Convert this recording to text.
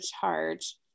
charge